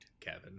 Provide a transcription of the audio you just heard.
Kevin